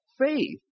faith